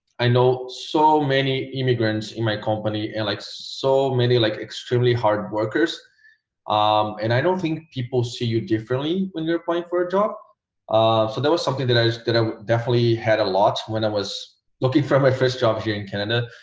i know so many immigrants in my company and like so many like extremely hard workers um and i don't think people see you differently when you're applying for a job um so there was something that i was gonna definitely had a lot when i was looking for my first job here in canada